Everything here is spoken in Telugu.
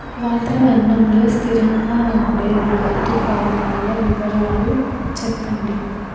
వాతావరణం లో స్థిరంగా ఉండే రుతు పవనాల వివరాలు చెప్పండి?